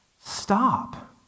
stop